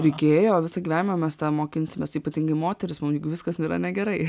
reikėjo visą gyvenimą mes tą mokinsimės ypatingai moterys mum juk viskas yra negerai